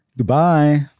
Goodbye